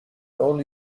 only